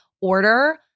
order